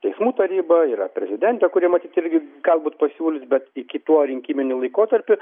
teismų taryba yra prezidentė kuri matyt irgi galbūt pasiūlys bet iki tuo rinkiminiu laikotarpiu